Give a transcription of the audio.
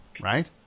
right